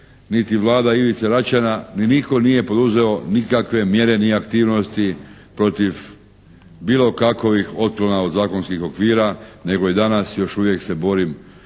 niti Vlada Ivice Račana ni nitko nije poduzeo nikakve mjere ni aktivnosti protiv bilo kakovih otklona od zakonskih okvira, nego i danas još uvijek se borim